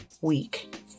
week